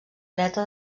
dreta